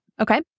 okay